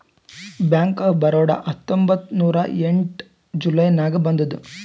bank of Baroda ಹತ್ತೊಂಬತ್ತ್ ನೂರಾ ಎಂಟ ಜುಲೈ ನಾಗ್ ಬಂದುದ್